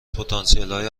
پتانسیلهای